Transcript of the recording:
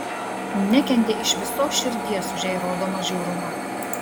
nekentė iš visos širdies už jai rodomą žiaurumą